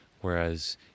Whereas